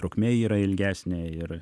trukmė yra ilgesnė ir